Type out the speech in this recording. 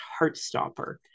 Heartstopper